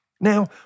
Now